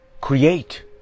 create